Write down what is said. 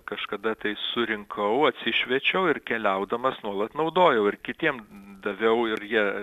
kažkada tai surinkau atsišviečiau ir keliaudamas nuolat naudojau ir kitiem daviau ir jie